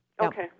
Okay